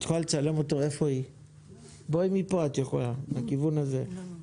את יכולה לצלם אותו, מהכיוון הזה את יכולה.